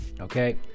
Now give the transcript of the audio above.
Okay